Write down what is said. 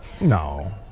No